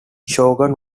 shogun